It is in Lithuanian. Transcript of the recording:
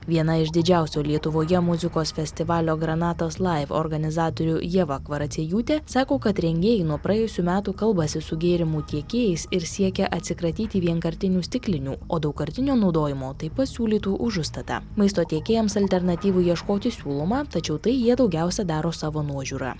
viena iš didžiausio lietuvoje muzikos festivalio granatos laiv organizatorių ieva kvaraciejūtė sako kad rengėjai nuo praėjusių metų kalbasi su gėrimų tiekėjais ir siekia atsikratyti vienkartinių stiklinių o daugkartinio naudojimo taip pat siūlytų už užstatą maisto tiekėjams alternatyvų ieškoti siūloma tačiau tai jie daugiausia daro savo nuožiūra